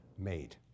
made